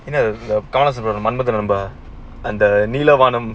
ஏங்ககமலஹாசன்படம்மன்மதன்அம்பாஅந்தநீலவானம்:yenka kamalahaasan padam manmadhan amba antha neela vaanam